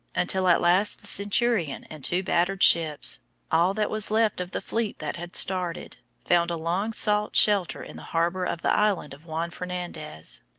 until at last the centurion and two battered ships all that was left of the fleet that had started found a long-sought shelter in the harbour of the island of juan fernandez,